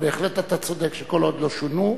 אבל בהחלט אתה צודק שכל עוד לא שונה,